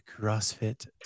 CrossFit